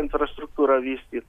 infrastruktūrą vystyt